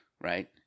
right